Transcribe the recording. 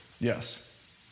Yes